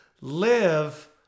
live